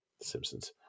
Simpsons